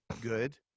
good